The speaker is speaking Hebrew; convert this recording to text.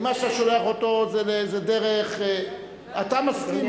כי מה שאתה שולח אותו, זה דרך, אתה מסכים.